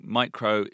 micro